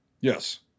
Yes